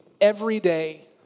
everyday